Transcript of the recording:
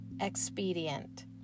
expedient